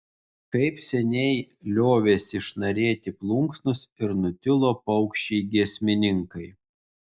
kaip seniai liovėsi šnarėti plunksnos ir nutilo paukščiai giesmininkai